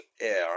air